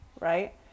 right